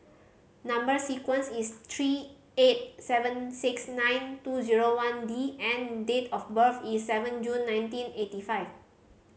number sequence is three eight seven six nine two zero one D and date of birth is seven June nineteen eighty five